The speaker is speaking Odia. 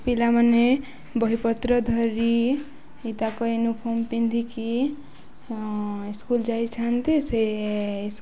ପିଲାମାନେ ବହିପତ୍ର ଧରି ତାଙ୍କ ୟୁନିଫର୍ମ ପିନ୍ଧିକି ସ୍କୁଲ୍ ଯାଇଥାନ୍ତି ସେ